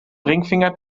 ringfinger